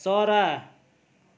चरा